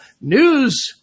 news